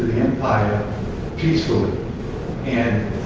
empire peacefully and